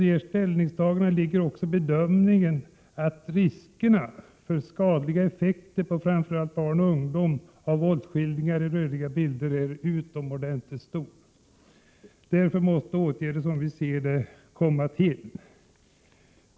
Bakom ställningstagandena i denna motion ligger också bedömningen att riskerna är utomordentligt stora för skadliga effekter på framför allt barn och ungdomar av våldsskildringar i rörliga bilder. Enligt vår uppfattning måste åtgärder därför vidtas.